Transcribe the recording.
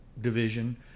division